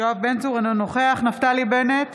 אינו נוכח נפתלי בנט,